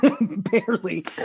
barely